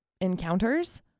encounters